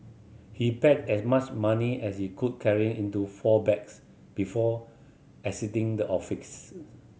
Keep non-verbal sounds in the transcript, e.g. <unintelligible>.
he packed as much money as he could carry into four bags before exiting the <unintelligible>